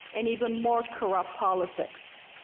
and even more corrupt politics.